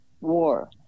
war